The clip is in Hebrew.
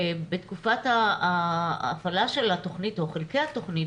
ובתקופת ההפעלה של התכנית או חלקי התכנית,